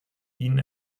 ihnen